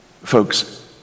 Folks